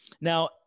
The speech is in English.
Now